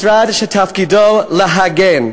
משרד שתפקידו להגן.